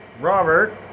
Robert